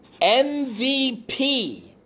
MVP